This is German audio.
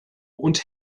und